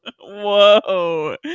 Whoa